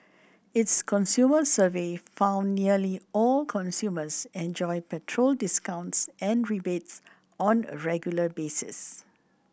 its consumer survey found nearly all consumers enjoy petrol discounts and rebates on a regular basis